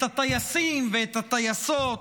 את הטייסים ואת הטייסות,